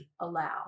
allow